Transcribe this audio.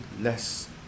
less